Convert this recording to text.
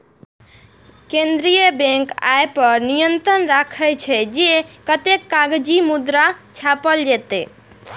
केंद्रीय बैंक अय पर नियंत्रण राखै छै, जे कतेक कागजी मुद्रा छापल जेतै